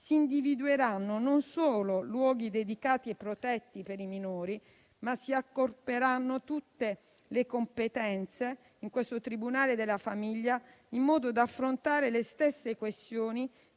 si individueranno, non solo luoghi dedicati e protetti per i minori, ma si accorperanno tutte le competenze nel tribunale della famiglia, in modo da affrontare le stesse questioni